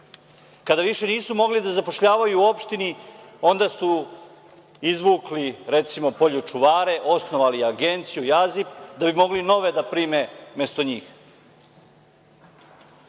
Kada više nisu mogli da zapošljavaju u opštini, onda su izvukli, recimo, poljočuvare, osnovali agenciju „Jazip“, da bi mogli nove da prime umesto njih.